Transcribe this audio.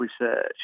research